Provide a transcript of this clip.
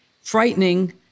frightening